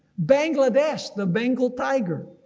bangladesh, the bengal tiger.